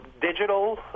digital